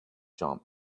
jump